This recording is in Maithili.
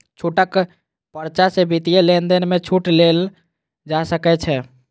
छूटक पर्चा सॅ वित्तीय लेन देन में छूट लेल जा सकै छै